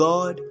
God